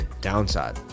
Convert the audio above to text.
downside